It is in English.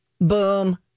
Boom